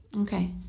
Okay